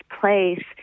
place